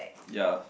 ya